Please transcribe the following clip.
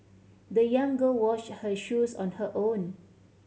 the young girl washed her shoes on her own